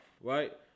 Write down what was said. right